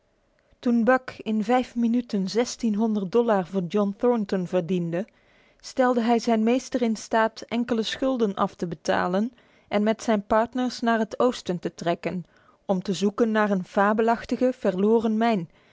toen buck in vijf minuten zestienhonderd dollar voor john thornton verdiende stelde hij zijn meester in staat enkele schulden af te betalen en met zijn partners naar het oosten te trekken om te zoeken naar een fabelachtige verloren mijn